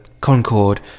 Concord